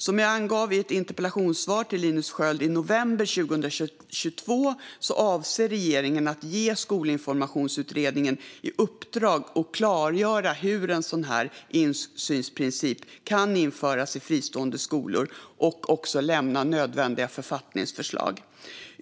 Som jag angav i ett interpellationssvar till Linus Sköld i november 2022 avser regeringen att ge Skolinformationsutredningen i uppdrag att klargöra hur en insynsprincip kan införas i fristående skolor och lämna nödvändiga författningsförslag.